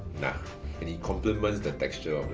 and it complements to texture,